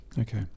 Okay